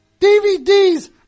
DVDs